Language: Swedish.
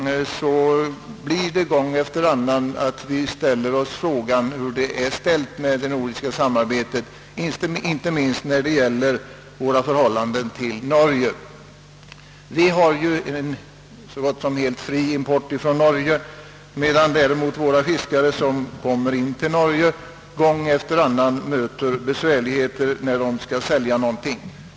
Gång efter annan ställer vi oss frågan hur det är ställt med det nordiska samarbetet, inte minst i vårt förhållande till Norge. Vi har ju så gott som helt fri import från Norge, medan däremot våra fiskare som kommer in till Norge möter besvärligheter gång efter annan när de skall sälja fångsten.